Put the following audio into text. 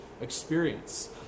experience